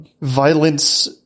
violence